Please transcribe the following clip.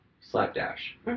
slapdash